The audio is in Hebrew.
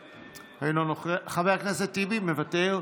מוותר,